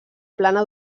plana